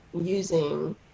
using